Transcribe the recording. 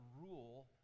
rule